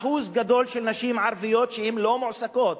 אחוז גדול של נשים ערביות לא מועסקות